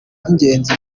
by’ingenzi